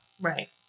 Right